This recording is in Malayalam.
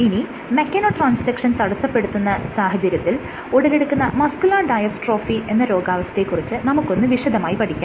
ഇനി മെക്കാനോ ട്രാൻസ്ഡ്ക്ഷൻ തടസ്സപെടുന്ന സാഹചര്യത്തിൽ ഉടലെടുക്കുന്ന മസ്ക്യൂലർ ഡയസ്ട്രോഫി എന്ന രോഗാവസ്ഥയെ കുറിച്ച് നമുക്കൊന്ന് വിശദമായി പഠിക്കാം